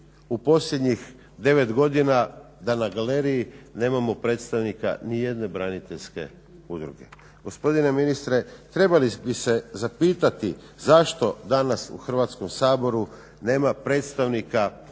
u posljednjih 9 godina da na galeriji nemamo predstavnika nijedne braniteljske udruge. Gospodine ministre trebali bi se zapitati zašto danas u Hrvatskom saboru nema predstavnika